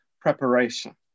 preparation